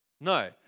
No